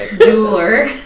Jeweler